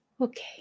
Okay